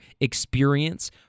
experience